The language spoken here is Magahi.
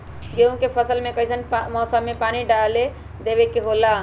गेहूं के फसल में कइसन मौसम में पानी डालें देबे के होला?